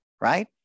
right